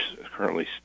currently